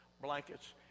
blankets